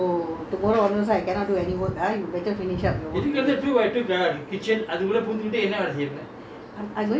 சரி சரி எனக்கு வேல இருந்த ரொம்ப:sari sari enakku vela irunthaa romba busy ah இருப்பேன்:iruppaen so tomorrow onwards I cannot do any work ah you better finish up your work